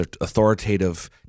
authoritative